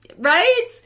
right